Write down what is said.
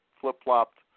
flip-flopped